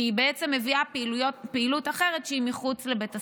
כי היא בעצם מביאה פעילות אחרת שהיא מחוץ לבית הספר.